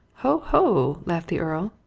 ho-ho! laughed the earl.